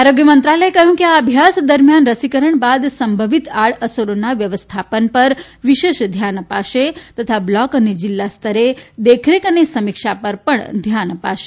આરોગ્ય મંત્રાલયે કહ્યું કે આ અભ્યાસ દરમિયાન રસીકરણ બાદ સંભવિત આડઅસરોના વ્યવસ્થાપન પર વિશેષ ધ્યાન અપાશે તથા બ્લોક અને જીલ્લા સ્તરે દેખરેખ અને સમીક્ષા પર પણ ધ્યાન અપાશે